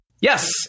Yes